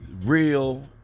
real